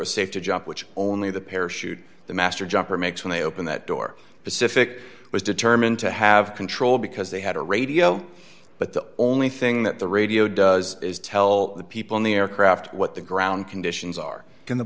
's safe to jump which only the parachute the master jumper makes when they open that door pacific was determined to have control because they had a radio but the only thing that the radio does is tell the people in the aircraft what the ground conditions are in the